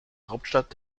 hauptstadt